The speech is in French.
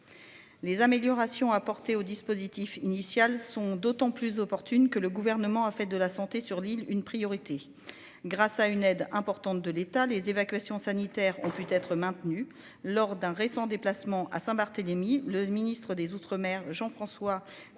Les améliorations apportées au dispositif initial sont d'autant plus opportune, que le gouvernement a fait de la santé sur l'île une priorité. Grâce à une aide importante de l'État, les évacuations sanitaires ont pu être maintenus lors d'un récent déplacement à Saint-Barthélemy. Le ministre des Outre-mer Jean-François Carenco,